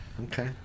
okay